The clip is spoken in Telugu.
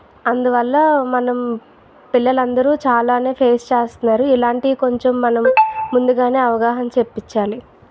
అందువల్ల మనం పిల్లలందరూ చాలానే ఫేస్ చేస్తున్నారు ఇలాంటి కొంచెం మనం ముందుగానే అవగాహన చెప్పించాలి